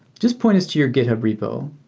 just point us to your github repo.